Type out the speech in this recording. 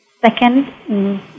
Second